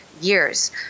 years